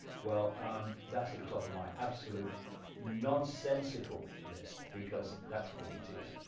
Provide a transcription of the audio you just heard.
well that's at the top of my absolute nonsensical list because that's what it is,